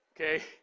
okay